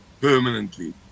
permanently